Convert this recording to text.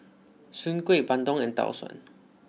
Soon Kuih Bandung and Tau Suan